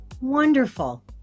Wonderful